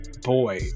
Boy